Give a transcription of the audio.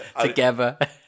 together